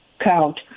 count